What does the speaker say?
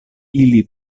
ili